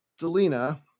Delina